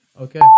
Okay